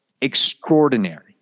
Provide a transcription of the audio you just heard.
extraordinary